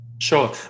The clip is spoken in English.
Sure